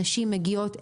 נשים מגיעות,